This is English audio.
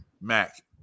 Mac